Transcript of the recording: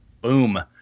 Boom